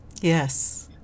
Yes